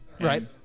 Right